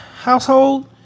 household